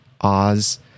Oz